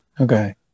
Okay